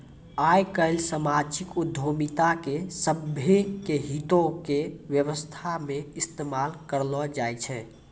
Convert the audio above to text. आइ काल्हि समाजिक उद्यमिता के सभ्भे के हितो के व्यवस्था मे इस्तेमाल करलो जाय छै